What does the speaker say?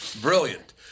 Brilliant